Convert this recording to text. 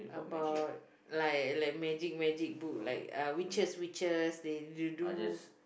about like like magic magic book like witches witches they they do